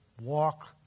walk